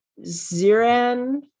Ziran